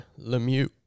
Lemieux